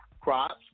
Crops